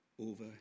over